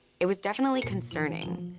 it was definitely concerning.